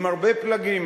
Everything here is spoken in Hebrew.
עם הרבה פלגים,